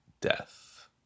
death